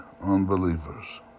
unbelievers